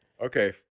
Okay